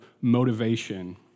motivation